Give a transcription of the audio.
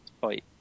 fight